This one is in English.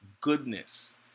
goodness